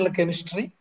Chemistry